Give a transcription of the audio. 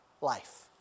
life